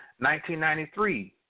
1993